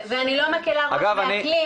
ואני לא מכירה מספרים,